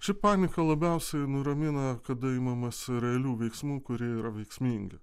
ši panika labiausiai nuramina kada imamasi realių veiksmų kurie yra veiksmingi